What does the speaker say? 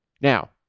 Now